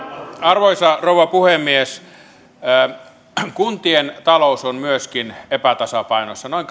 arvoisa rouva puhemies kun tien talous on myöskin epätasapainossa noin